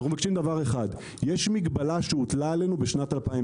אנו מבקשים דבר אחד - יש מגבלה שהוטלה עלינו ב-2003.